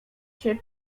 się